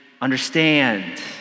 understand